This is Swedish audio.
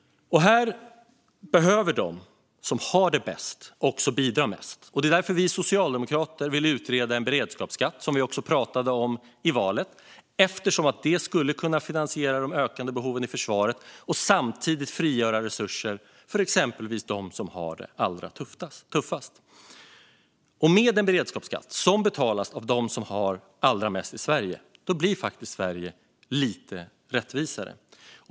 Här behöver de som har det bäst också bidra mest, och det är därför vi socialdemokrater vill utreda en beredskapsskatt. Det var något som vi också pratade om i valet och som skulle kunna finansiera de ökande behoven i försvaret och samtidigt frigöra resurser för exempelvis dem som har det allra tuffast. Med en beredskapsskatt som betalas av dem som har allra mest i Sverige blir Sverige lite rättvisare.